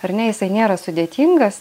ar ne jisai nėra sudėtingas